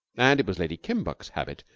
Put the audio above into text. and it was lady kimbuck's habit,